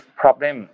problem